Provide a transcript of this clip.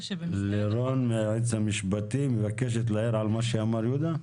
לירון מהיועץ המשפטי מבקשת להעיר על מה שאמר יהודה?